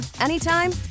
anytime